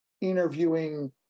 interviewing